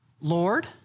Lord